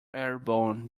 airborne